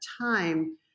time